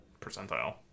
percentile